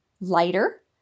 lighter